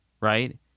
Right